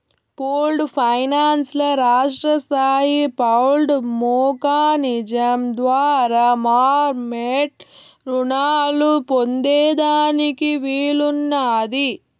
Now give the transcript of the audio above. pooled finance ల రాష్ట్రస్తాయి pooled mechanism ద్వారా మార్మెట్ రునాలు పొందేదానికి వీలున్నాది